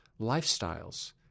lifestyles